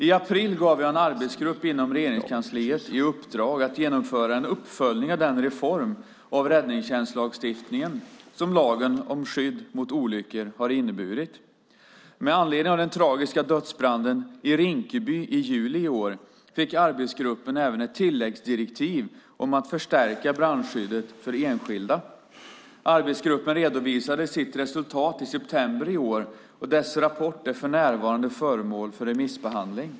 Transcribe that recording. I april gav jag en arbetsgrupp inom Regeringskansliet i uppdrag att genomföra en uppföljning av den reform av räddningstjänstlagstiftningen som lagen om skydd mot olyckor har inneburit. Med anledning av den tragiska dödsbranden i Rinkeby i juli i år fick arbetsgruppen även ett tilläggsdirektiv om att förstärka brandskyddet för enskilda. Arbetsgruppen redovisade sitt resultat i september i år, och dess rapport är för närvarande föremål för remissbehandling.